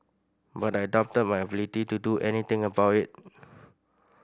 but I doubted my ability to do anything about it